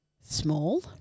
small